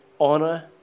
honor